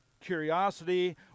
curiosity